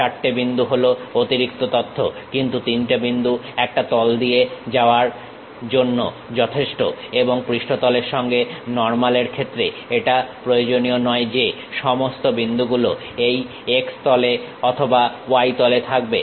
চারটে বিন্দু হলো অতিরিক্ত তথ্য কিন্তু তিনটে বিন্দু একটা তল দিয়ে যাওয়ার জন্য যথেষ্ট এবং পৃষ্ঠতলের সঙ্গে নর্মাল এর ক্ষেত্রে এটা প্রয়োজনীয় নয় যে সমস্ত বিন্দুগুলো এই x তলে অথবা y তলে থাকবে